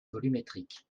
volumétrique